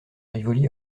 rivoli